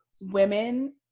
women